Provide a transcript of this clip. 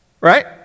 right